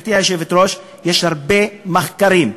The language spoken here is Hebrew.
גברתי היושבת-ראש, יש הרבה מחקרים.